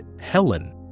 Helen